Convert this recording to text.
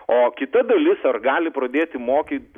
o kita dalis ar gali pradėti mokyt